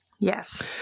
Yes